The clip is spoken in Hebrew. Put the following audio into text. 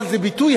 אבל זה הרבה